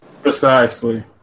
precisely